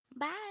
Bye